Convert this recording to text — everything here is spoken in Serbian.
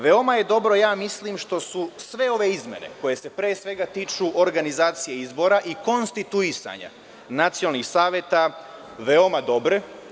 Veoma je dobro, ja mislim, sve ove izmene koje se pre svega tiču organizacije izbora i konstituisanja nacionalnih saveta veoma dobre.